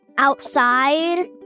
outside